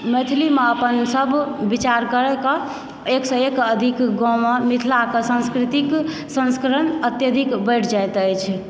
मैथिलीमे अपन सभ विचार करिके एकसँ एक अधिक गाँवमे मिथिलाक सांस्कृतिक संस्करण अत्यधिक बढ़ि जाइत अछि